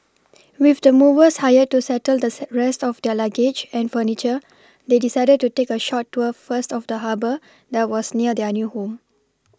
with the movers hired to settle the set rest of their luggage and furniture they decided to take a short tour first of the Harbour that was near their new home